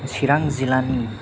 चिरां जिल्लानि